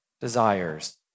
desires